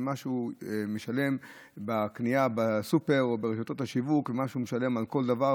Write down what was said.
כשזה מגיע בתוך המכלול,